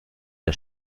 der